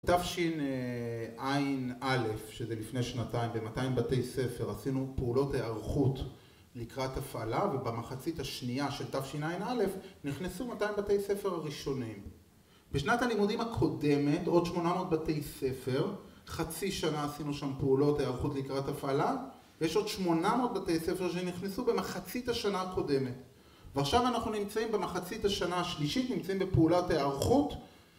תשעא, שזה לפני שנתיים, במאתיים בתי ספר עשינו פעולות היערכות לקראת הפעלה, ובמחצית השנייה של תשעא, נכנסו מאתיים בתי ספר הראשונים. בשנת הלימודים הקודמת, עוד 800 בתי ספר, חצי שנה עשינו שם פעולות היערכות לקראת הפעלה, ויש עוד 800 בתי ספר שנכנסו במחצית השנה הקודמת. ועכשיו אנחנו נמצאים במחצית השנה השלישית, נמצאים בפעולת היערכות,